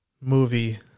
movie